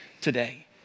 today